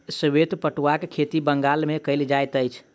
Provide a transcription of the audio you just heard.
श्वेत पटुआक खेती बंगाल मे कयल जाइत अछि